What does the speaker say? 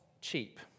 cheap